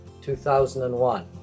2001